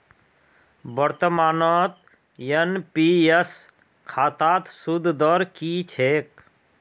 वर्तमानत एन.पी.एस खातात सूद दर की छेक